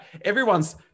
Everyone's